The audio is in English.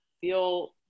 feel